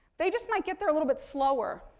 they just might get there a little bit slower.